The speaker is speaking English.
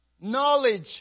knowledge